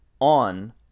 on